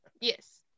Yes